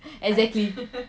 exactly